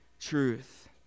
truth